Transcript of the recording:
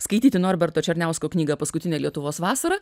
skaityti norberto černiausko knyga paskutinė lietuvos vasara